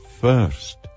first